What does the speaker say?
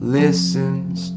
listens